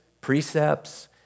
precepts